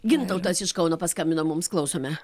gintautas iš kauno paskambino mums klausome